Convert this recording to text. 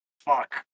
Fuck